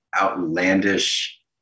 outlandish